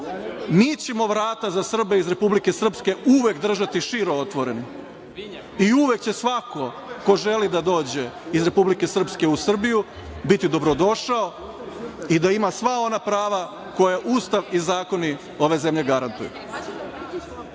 mi ćemo vrata za Srbe iz Republike Srpske uvek držati širom otvorenim i uvek će svako ko želi da dođe iz Republike Srpske u Srbiju biti dobrodošao i da ima sva ona prava koja Ustav i zakoni ove zemlje garantuju. Sa